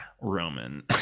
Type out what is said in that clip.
Roman